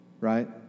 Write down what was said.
Right